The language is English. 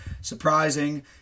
Surprising